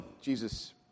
Jesus